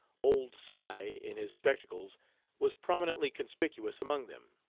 old si in his spectacles was prominently conspicuous among them.